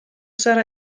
sarra